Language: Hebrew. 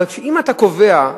אבל אם אתה קובע,